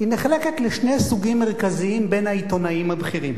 נחלקת לשני סוגים מרכזיים בין העיתונאים הבכירים: